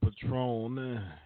Patron